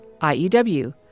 IEW